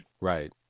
Right